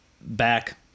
back